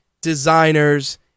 designers